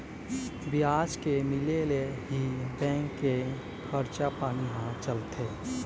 बियाज के मिले ले ही बेंक के खरचा पानी ह चलथे